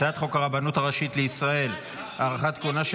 הצעת חוק הרבנות הראשית לישראל (הארכת כהונה של